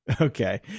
Okay